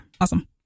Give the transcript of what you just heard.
Awesome